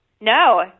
No